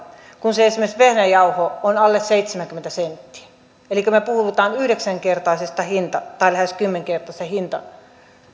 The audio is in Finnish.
kun esimerkiksi vehnäjauhon on alle seitsemänkymmentä senttiä elikkä me puhumme yhdeksänkertaisesta tai lähes kymmenkertaisesta